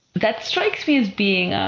that strikes me being